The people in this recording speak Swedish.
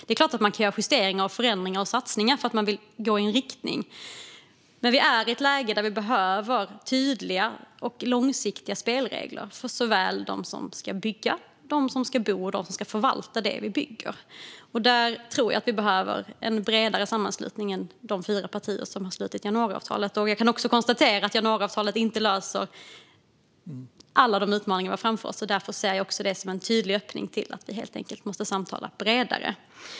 Det är klart att man kan göra justeringar, förändringar och satsningar för att man vill gå i en riktning, men vi är i ett läge där vi behöver tydliga och långsiktiga spelregler för såväl dem som ska bygga och för dem som ska bo som för dem som ska förvalta det vi bygger. Där tror jag att vi behöver en bredare sammanslutning än de fyra partier som har slutit januariavtalet. Jag kan också konstatera att januariavtalet inte löser alla de utmaningar som vi har framför oss. Därför ser jag också det som en tydlig öppning till att vi helt enkelt måste samtala bredare.